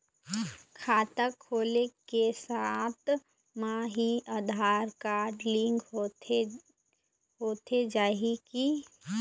खाता खोले के साथ म ही आधार कारड लिंक होथे जाही की?